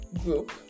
group